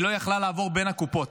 כי היא לא הייתה יכולה לעבור בין הקופות.